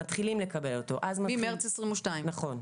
ממרץ 2022. נכון.